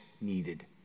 needed